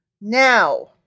Now